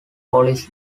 police